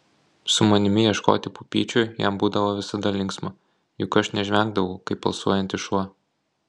su manimi ieškoti pupyčių jam būdavo visada linksma juk aš nežvengdavau kaip alsuojantis šuo